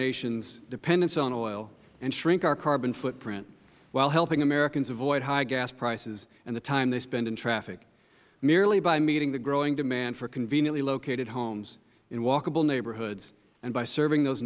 nation's dependence on oil and shrink our carbon footprint while helping americans avoid high gas prices and the time they spend in traffic merely by meeting the growing demand for conveniently located homes in walkable neighborhoods and by serving those